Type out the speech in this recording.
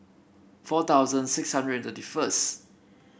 four thousand six hundred and thirty first